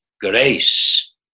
grace